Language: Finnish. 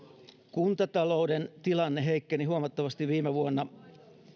kuntatalouden tilanne heikkeni huomattavasti viime vuonna